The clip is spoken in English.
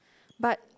but